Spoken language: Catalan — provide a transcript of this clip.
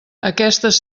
aquestes